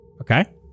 Okay